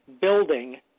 building